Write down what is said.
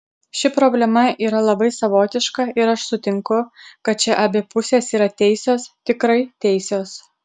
ši problema yra labai savotiška ir aš sutinku kad čia abi pusės yra teisios tikrai teisios